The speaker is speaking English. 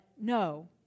no